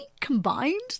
combined